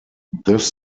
this